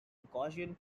gaussian